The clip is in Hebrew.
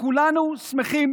וכולנו שמחים